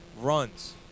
Runs